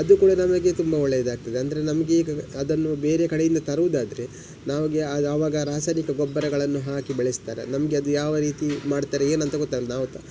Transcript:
ಅದು ಕೂಡ ನಮಗೆ ತುಂಬ ಒಳ್ಳೆದಾಗ್ತದೆ ಅಂದರೆ ನಮಗೀಗ ಅದನ್ನು ಬೇರೆ ಕಡೆಯಿಂದ ತರೋದಾದ್ರೆ ನಮಗೆ ಆವಾಗ ರಾಸಾಯನಿಕ ಗೊಬ್ಬರಗಳನ್ನು ಹಾಕಿ ಬೆಳೆಸ್ತಾರೆ ನಮಗೆ ಅದು ಯಾವ ರೀತಿ ಮಾಡ್ತಾರೆ ಏನಂತ ಗೊತ್ತಾಗೋದಿಲ್ಲ ನಾವು